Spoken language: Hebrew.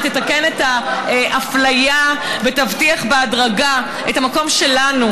שתתקן את האפליה ותבטיח בהדרגה את המקום שלנו,